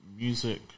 music